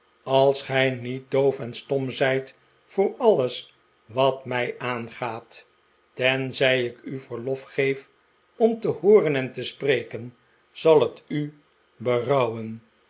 als gij niet doof en stom zijt voor alles wat mij aangaat tenzij ik u verlof geef om te hooren en te spreken zal het u berouwen